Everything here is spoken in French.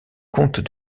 comtes